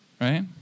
Right